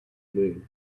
moon